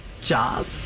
job